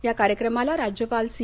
या कार्यक्रमाला राज्यपाल सी